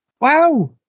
wow